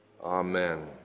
Amen